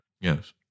Yes